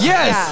Yes